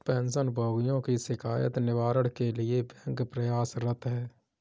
pension भोगियों की शिकायत निवारण के लिए बैंक प्रयासरत है